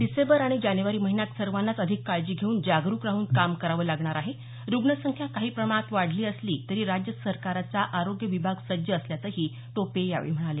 डिसेंबर आणि जानेवारी महिन्यात सर्वांनाच अधिक काळजी घेऊन जागरुक राहून काम करावं लागणार आहे रुग्णसंख्या काही प्रमाणात वाढली तरी राज्य सरकाराचा आरोग्य विभाग सज्ज असल्याचंही टोपे यावेळी म्हणाले